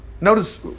notice